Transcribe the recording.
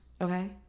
okay